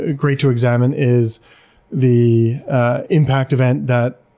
ah great to examine is the impact event that